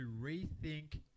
rethink